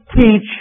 teach